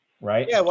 right